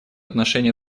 отношении